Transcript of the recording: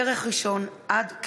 בניין הכוח והפעלתו,